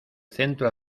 centro